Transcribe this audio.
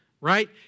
right